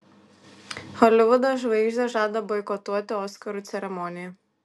holivudo žvaigždės žada boikotuoti oskarų ceremoniją